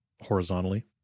horizontally